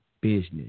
business